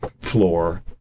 floor